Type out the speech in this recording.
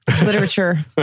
literature